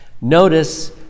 Notice